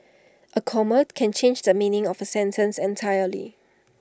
A comma can change the meaning of A sentence entirely